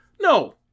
No